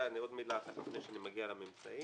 עוד מילה אחת לפני שאני מגיע לממצאים.